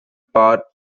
part